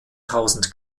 tausend